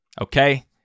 okay